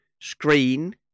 screen